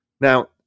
Now